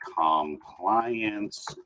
Compliance